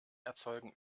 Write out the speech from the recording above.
erzeugen